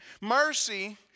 Mercy